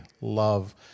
love